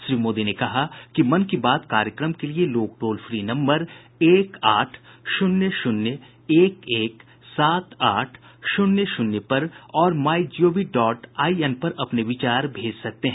श्री मोदी ने कहा कि मन की बात कार्यक्रम के लिए लोग टोल फ्री नम्बर एक आठ शून्य शून्य एक एक सात आठ शून्य शून्य पर और my G O V dot I N पर अपने विचार भेज सकते हैं